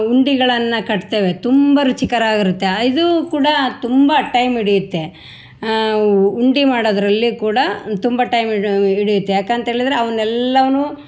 ಉಂಡೆಗಳನ್ನ ಕಟ್ತೇವೆ ತುಂಬ ರುಚಿಕರಾಗಿರುತ್ತೆ ಆ ಇದೂ ಕೂಡ ತುಂಬ ಟೈಮ್ ಹಿಡಿಯುತ್ತೆ ಉಂಡೆ ಮಾಡೋದರಲ್ಲಿ ಕೂಡ ತುಂಬ ಟೈಮ್ ಹಿಡಿ ಹಿಡಿಯುತ್ತೆ ಯಾಕಂತೇಳಿದರೆ ಅವ್ನು ಎಲ್ಲಾವನ್ನು